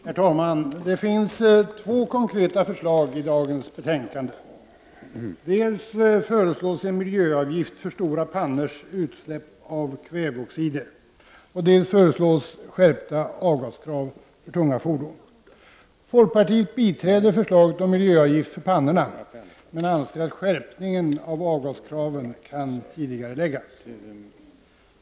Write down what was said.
Herr talman! Det finns två konkreta förslag i det betänkande som behandlas i dag. Dels föreslås en miljöavgift för stora pannors utsläpp av kväveoxider, dels föreslås skärpta avgaskrav för tunga fordon. Folkpartiet biträder förslaget om miljöavgift för pannor, men anser att skärpningen av avgaskraven kan tidigareläggas.